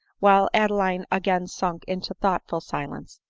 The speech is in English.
while adeline again sunk' into thoughtful silence.